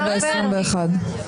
לא הבנתי.